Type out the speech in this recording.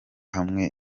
hamwe